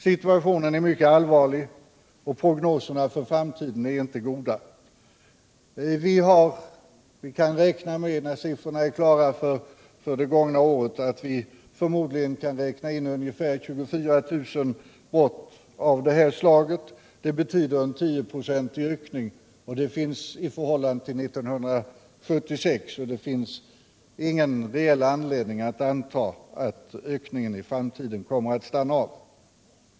Situationen är mycket allvarlig, och prognoserna för framtiden är inte goda. Vi kan, när siffrorna för det gångna året är klara, förmodligen räkna in ungefär 24 000 brott av detta slag. Det betyder en tioprocentig ökning i förhållande till 1976, och det finns ingen reell anledning att anta att ökningen i framtiden kommer att stanna av.